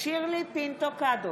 שירלי פינטו קדוש,